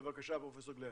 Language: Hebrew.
בבקשה, פרופ' גלן.